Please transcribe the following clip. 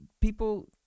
people